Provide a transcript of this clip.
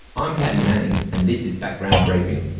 i'm paddy manning and this is background briefing.